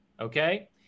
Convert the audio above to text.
Okay